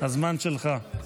הזמן שלך.